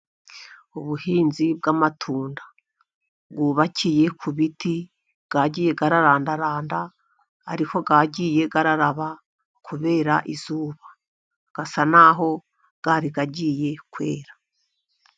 Ubuhinzi bw'amatunda bwubakiye ku biti, yagiye ararandarananda ariko yagiye araraba kubera izuba, asa n'aho rari agiye kwera.